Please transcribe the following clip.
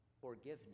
forgiveness